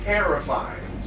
Terrifying